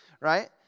right